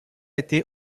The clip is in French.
été